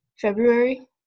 February